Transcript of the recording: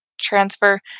transfer